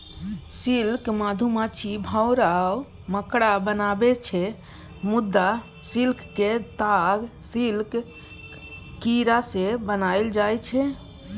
silk मधुमाछी, भौरा आ मकड़ा बनाबै छै मुदा सिल्कक ताग सिल्क कीरासँ बनाएल जाइ छै